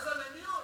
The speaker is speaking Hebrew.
תזמן דיון.